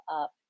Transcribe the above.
up